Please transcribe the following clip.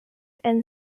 and